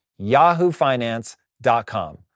yahoofinance.com